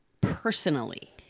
personally